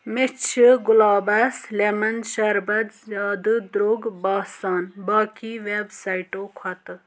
مےٚ چھ گُلابس لیٚمن شربت زیادٕ درٛوگ باسان باقٕے ویب سایٹَو کھۄتہٕ